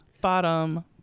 bottom